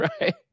right